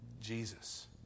Jesus